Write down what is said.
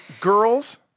girls